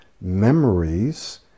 memories